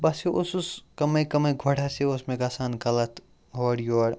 بہٕ ہسا اوسُس کَمٕے کَمٕے گۄڈٕ ہَساے اوس مےٚ گژھان غلط ہورٕ یورٕ